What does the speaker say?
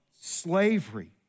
slavery